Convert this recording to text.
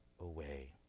away